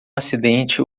acidente